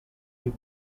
you